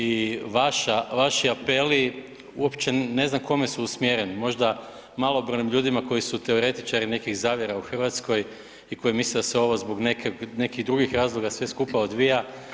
I vaši apeli uopće ne znam kome su usmjereni, možda malobrojnim ljudima koji su teoretičari nekih zavjera u Hrvatskoj i koji misle da se ovo zbog nekih drugih sve skupa odvija.